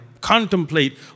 contemplate